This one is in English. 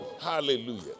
Hallelujah